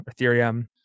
Ethereum